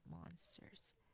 monsters